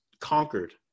conquered